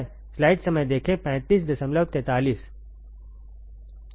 ठीक है